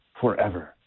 forever